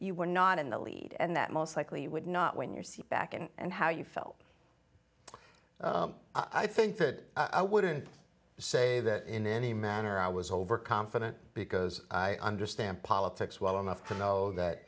you were not in the lead and that most likely would not win your seat back and how you felt i think that i wouldn't say that in any manner i was overconfident because i understand politics well enough to know that